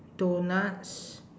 doughnuts